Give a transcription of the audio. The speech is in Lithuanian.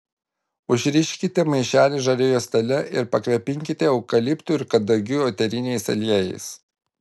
užriškite maišelį žalia juostele ir pakvepinkite eukaliptų ir kadagių eteriniais aliejais